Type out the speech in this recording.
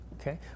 okay